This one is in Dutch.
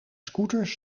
scooters